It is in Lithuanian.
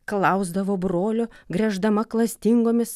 klausdavo brolio gręždama klastingomis